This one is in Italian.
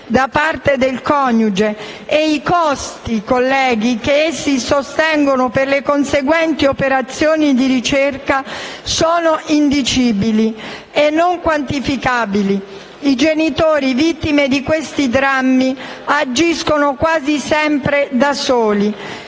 da parte del coniuge e i costi che essi sostengono per le conseguenti operazioni di ricerca sono indicibili e non quantificabili. I genitori vittime di questi drammi agiscono quasi sempre da soli